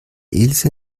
ilse